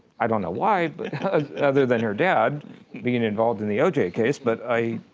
i don't know why but other than her dad being involved in the oj case, but i